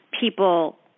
people